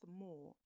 more